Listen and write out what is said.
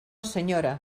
senyora